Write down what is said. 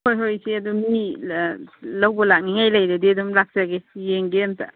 ꯍꯣꯏ ꯍꯣꯏ ꯏꯆꯦ ꯑꯗꯨ ꯃꯤ ꯂꯧꯕ ꯂꯥꯛꯅꯤꯡꯉꯥꯏ ꯂꯩꯔꯗꯤ ꯑꯗꯨꯝ ꯂꯥꯛꯆꯒꯦ ꯌꯦꯡꯒꯦ ꯑꯝꯇ